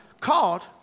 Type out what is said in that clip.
called